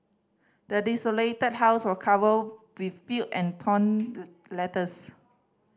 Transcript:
the desolated house was feel and torn letters